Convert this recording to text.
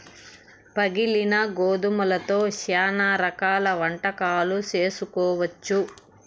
పగిలిన గోధుమలతో శ్యానా రకాల వంటకాలు చేసుకోవచ్చు